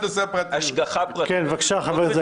--- חברי הכנסת,